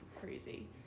crazy